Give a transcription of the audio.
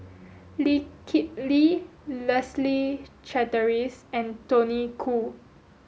Lee Kip Lee Leslie Charteris and Tony Khoo